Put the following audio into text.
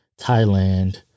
Thailand